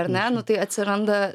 ar ne nu tai atsiranda